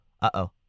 Uh-oh